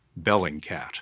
Bellingcat